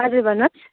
हजुर भन्नुहोस्